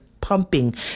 pumping